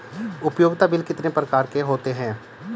उपयोगिता बिल कितने प्रकार के होते हैं?